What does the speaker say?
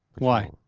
why?